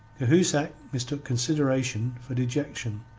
cahusac mistook consideration for dejection.